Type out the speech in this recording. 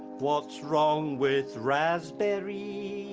what's wrong with raspberry?